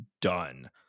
done